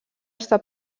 està